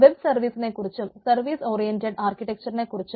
web സർവീസിനെ കുറിച്ചും service oriented ആർക്കിടെക്ച്ചറിനെ കുറിച്ചും